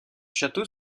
château